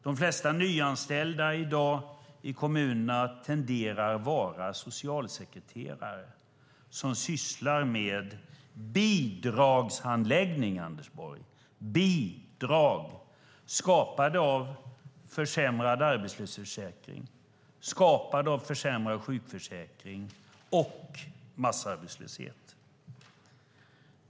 De nyanställda i kommunerna i dag tenderar att vara socialsekreterare som sysslar med bidragshandläggning. Det handlar om bidrag skapade av försämrad arbetslöshetsförsäkring, försämrad sjukförsäkring och massarbetslöshet.